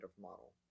model